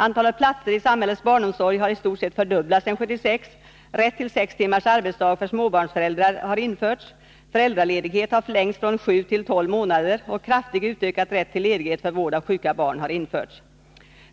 Antalet platser i samhällets barnomsorg har i stort sett fördubblats sedan 1976, rätt till sex timmars arbetsdag för småbarnsföräldrar har införts, föräldraledighet har förlängts från sju till tolv månader och kraftigt utökad rätt till ledighet för vård av sjuka barn har införts.